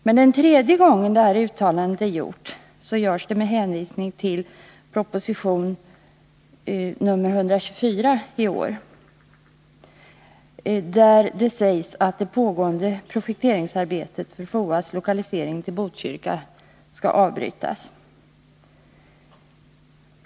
Men den tredje gången uttalandet görs om de principiella riktlinjerna, sker det med hänvisning till proposition 1980/81:124, där det sägs att det pågående projekteringsarbetet för FOA:s lokalisering till Botkyrka skall avbrytas.